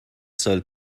سال